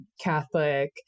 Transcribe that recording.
catholic